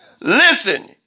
Listen